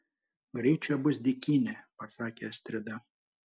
greit čia bus dykynė pasakė astrida